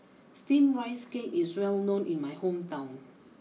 Steamed Rice Cake is well known in my hometown